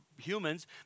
humans